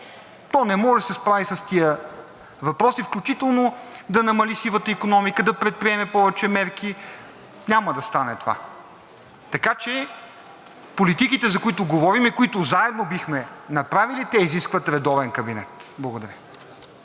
Той не може да се справи с тези въпроси, включително да намали сивата икономика, да предприеме повече мерки. Няма да стане това. Така че политиките, за които говорим и които заедно бихме направили, те изискват редовен кабинет. Благодаря.